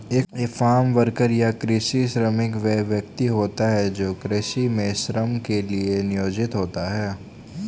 एक farm worker या कृषि श्रमिक वह व्यक्ति होता है जो कृषि में श्रम के लिए नियोजित होता है